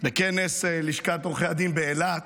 בכנס לשכת עורכי הדין באילת.